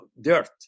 dirt